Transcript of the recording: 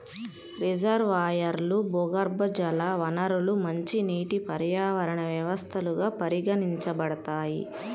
రిజర్వాయర్లు, భూగర్భజల వనరులు మంచినీటి పర్యావరణ వ్యవస్థలుగా పరిగణించబడతాయి